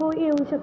हो येऊ शकतो